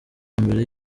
mbere